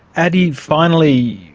adi, finally,